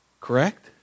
Correct